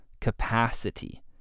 capacity